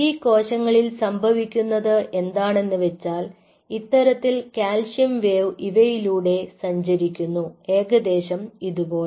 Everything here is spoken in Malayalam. ഈ കോശങ്ങളിൽ സംഭവിക്കുന്നത് എന്താണെന്ന് വെച്ചാൽ ഇത്തരത്തിൽ കാൽസ്യം വേവ് ഇവയിലൂടെ സഞ്ചരിക്കുന്നു ഏകദേശം ഇതുപോലെ